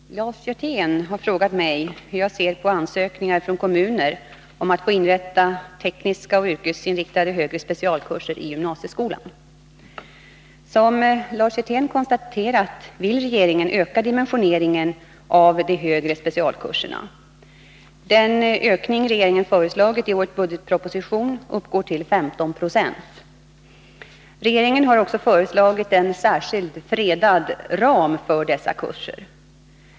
Herr talman! Lars Hjertén har frågat mig hur jag ser på ansökningar från kommuner om att få inrätta tekniska och yrkesinriktade högre specialkurser i gymnasieskolan. Som Lars Hjertén konstaterat vill regeringen öka dimensioneringen av de högre specialkurserna. Den ökning regeringen föreslagit i årets budgetproposition uppgår till 15 26. Regeringen har också föreslagit en särskild, ”fredad” ram för dessa kurser.